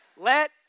Let